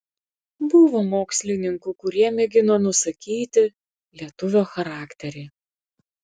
buvo mokslininkų kurie mėgino nusakyti lietuvio charakterį